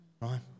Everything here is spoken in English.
right